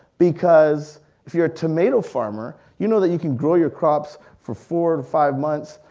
because if you're a tomato farmer, you know that you can grow your crops for four to five months,